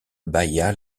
bâilla